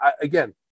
again